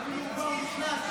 הינה,